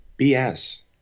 bs